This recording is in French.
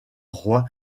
rois